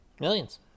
Millions